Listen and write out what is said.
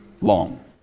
long